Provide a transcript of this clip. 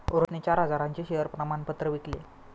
रोहितने चार हजारांचे शेअर प्रमाण पत्र विकले